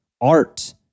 art